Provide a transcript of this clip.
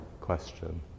question